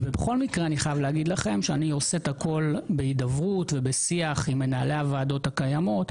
אני עושה את הכל בהידברות ובשיח עם מנהלי הוועדות הקיימות.